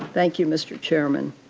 thank you, mr. chairman.